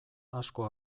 asko